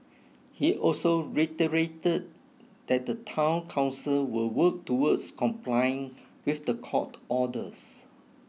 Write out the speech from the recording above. he also reiterated that the town council will work towards complying with the court orders